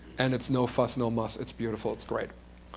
and it's no fuss, no muss. it's beautiful, it's great.